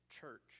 Church